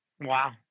Wow